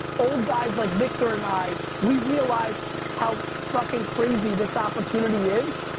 old guys like victor and i, we realize how fucking crazy this opportunity is.